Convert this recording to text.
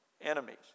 enemies